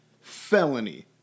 Felony